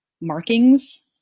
markings